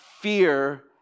fear